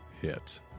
Hit